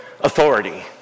authority